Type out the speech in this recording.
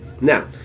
now